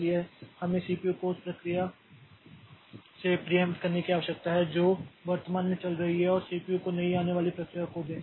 इसलिए हमें सीपीयू को उस प्रक्रिया से प्रीयेंप्ट करने की आवश्यकता है जो वर्तमान में चल रही है और सीपीयू को नई आने वाली प्रक्रिया को दे